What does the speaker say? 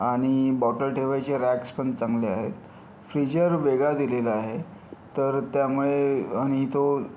आणि बॉटल ठेवायचे रॅक्सपण चांगले आहेत फ्रीजर वेगळा दिलेला आहे तर त्यामुळे आणि तो